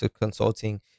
consulting